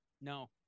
No